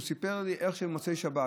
הוא סיפר לי איך במוצאי שבת,